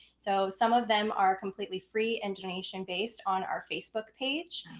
so some of them are completely free and donation based on our facebook page.